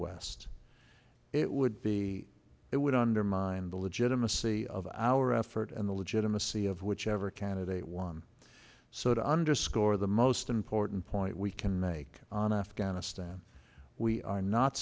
west it would be it would undermine the legitimacy of our effort and the legitimacy of whichever candidate won so to underscore the most important point we can make on afghanistan we are not